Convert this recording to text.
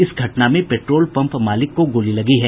इस घटना में पेट्रोल पंप मालिक को गोली लगी है